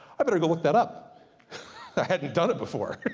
i better go look that up! i hadn't done it before.